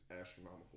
astronomical